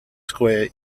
square